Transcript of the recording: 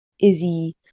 Izzy